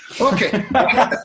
Okay